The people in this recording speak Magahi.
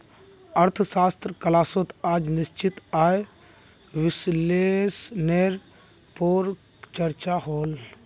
अर्थशाश्त्र क्लास्सोत आज निश्चित आय विस्लेसनेर पोर चर्चा होल